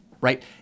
right